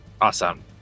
Awesome